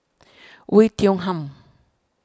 Oei Tiong Ham